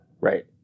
Right